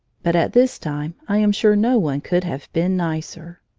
but at this time i am sure no one could have been nicer.